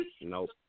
Nope